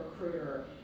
recruiter